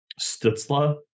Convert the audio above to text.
Stutzla